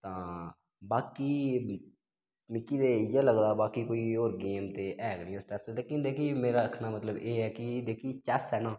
तां बाकी मिगी ते इ'यै लगदा बाकी कोई होर गेम ते ऐ गै नी स्ट्रैस ताईं मतलब मेरा आखने मतलब ऐ कि जेह्की चैस ऐ न